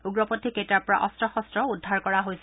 উগ্ৰপন্থী কেইটাৰ পৰা অস্ত্ৰশস্ত্ৰও উদ্ধাৰ কৰা হৈছে